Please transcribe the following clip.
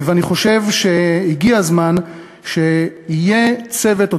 ואני חושב שהגיע הזמן שיהיה צוות או